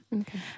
Okay